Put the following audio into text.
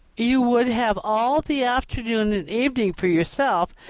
you would have all the afternoon and evening for yourself,